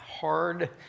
hard